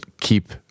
keep